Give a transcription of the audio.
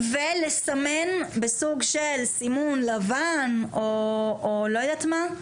ולסמן בסוג של סימון לבן או לא יודעת מה,